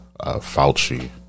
Fauci